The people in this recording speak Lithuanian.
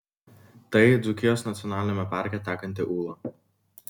tai dzūkijos nacionaliniame parke tekanti ūla